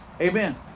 Amen